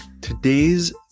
Today's